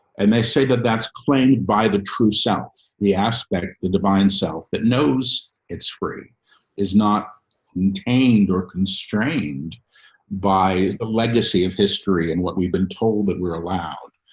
and they say that that's played by the true south. the aspect of the divine self that knows it's free is not entertained or constrained by the legacy of history. and what we've been told that we're allowed,